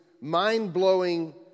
mind-blowing